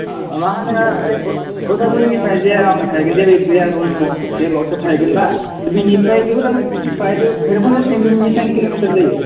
मा होनो बै अदालगुरिनिफ्राय जे आं थाहैगोन जे बे लजआव थाहैगोनबा बेनिफ्राय बे अदालगुरि टाउननिफ्राय भैरबकुन्द'सिम बेसेबां किल'मिटार जायो